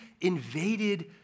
invaded